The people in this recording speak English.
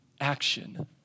action